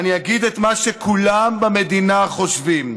אני אגיד את מה שכולם במדינה חושבים.